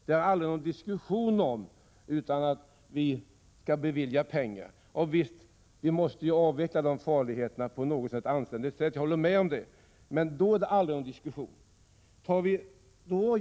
Det är aldrig någon diskussion om huruvida vi skall bevilja pengar i dessa sammanhang. Jag håller med om att vi måste avveckla de farliga anläggningarna på något anständigt sätt — men om de kostnaderna är det aldrig någon diskussion!